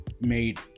made